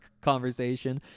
conversation